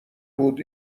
بود